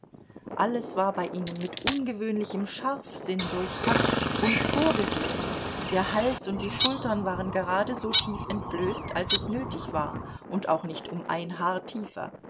alles war bei ihnen mit ungewöhnlichem scharfsinn durchdacht und vorgesehen der hals und die schultern waren gerade so tief entblößt als es nötig war und auch nicht um ein haar tiefer